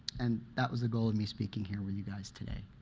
and that was the goal of me speaking here with you guys today.